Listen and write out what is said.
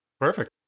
perfect